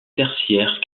tertiaires